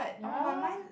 ya